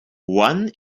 one